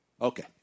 Okay